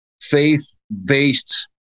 faith-based